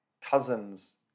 cousin's